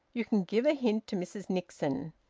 you can give a hint to mrs nixon.